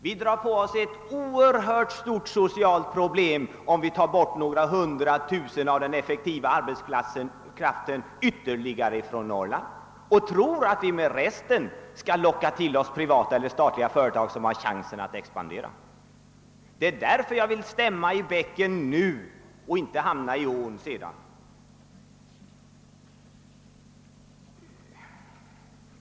Vi drar på oss ett oerhört stort socialt problem om vi flyttar bort ytterligare något hundratusental av den effektiva arbetskraften från Norrland och tror att vi med de kvarvarande skall kunna locka dit statliga och privata företag med möjligheter att expandera. Jag vill i stället stämma i bäcken för att inte sedan hamna i ån.